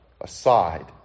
aside